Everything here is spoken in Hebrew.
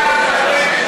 גפני,